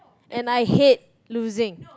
and I hate losing